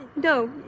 No